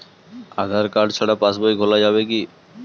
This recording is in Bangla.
আধার কার্ড ছাড়া পাশবই খোলা যাবে কি?